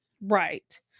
right